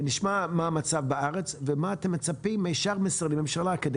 נשמע מה המצב בארץ ומה אתם מצפים משאר משרדי הממשלה כדי